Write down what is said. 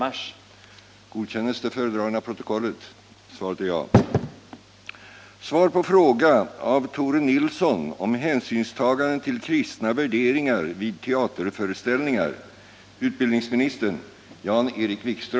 Anser regeringen att ingen hänsyn till biblisk lära och kristen tro kan krävas av den teater som arbetar med statligt stöd och på svensk nationalscen?